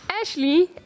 Ashley